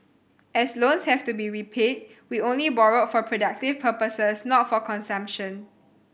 as loans have to be repaid we only borrowed for productive purposes not for consumption